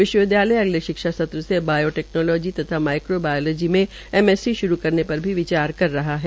विश्वविद्यालय अगले शिक्षा सत्र से बायो टैक्नोलौजी तथा माड्रक्रो बायोलौजी मे एमएससी श्रू करने पर भी विचार कर रहा है